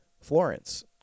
Florence